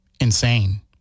insane